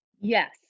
Yes